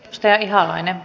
sateen ihalainen